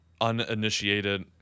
uninitiated